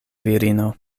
virino